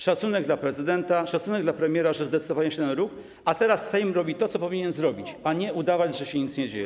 Szacunek dla prezydenta, szacunek dla premiera, że zdecydowali się na ten ruch, a teraz Sejm robi to, co powinien zrobić, a nie udawać, że nic się nie dzieje.